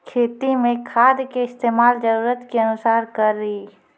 खेती मे खाद के इस्तेमाल जरूरत के अनुसार करऽ